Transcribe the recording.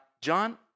John